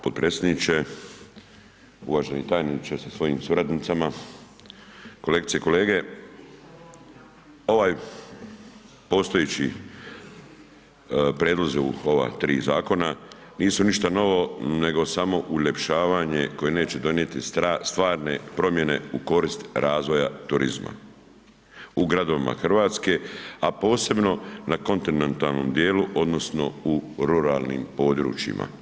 Potpredsjedniče, uvaženi tajniče sa svojim suradnicama, kolegice i kolege, ovaj postojeći prijedlozi u ova 3 zakona nisu ništa novo, nego samo uljepšavanje koje neće donijeti stvarne promijene u korist razvoja turizma u gradovima RH, a posebno na kontinentalnom dijelu odnosno u ruralnim područjima.